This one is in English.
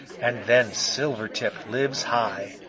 and then silvertip lives high.